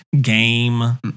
game